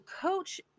coach